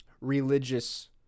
religious